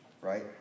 right